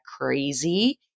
crazy